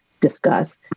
discuss